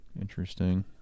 Interesting